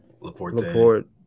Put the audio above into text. LaPorte